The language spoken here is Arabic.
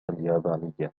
اليابانية